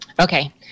Okay